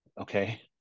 okay